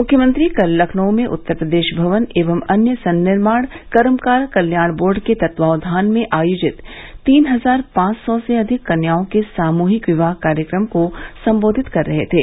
मुख्यमंत्री कल लखनऊ में उत्तर प्रदेश भवन एवं अन्य सन्निर्माण कर्मकार कल्याण बोर्ड के तत्वावधान में आयोजित तीन हजार पांच सौ से अधिक कन्याओं के सामूहिक विवाह कार्यक्रम को सम्बोधित कर रहे थे